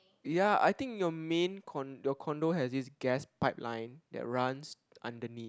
ya I think your main con~ your condo has this gas pipeline that runs underneath